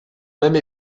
même